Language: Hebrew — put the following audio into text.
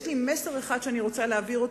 יש לי מסר אחד שאני רוצה להעביר,